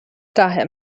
daher